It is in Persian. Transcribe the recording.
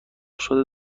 شده